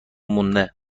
مونده